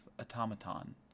automaton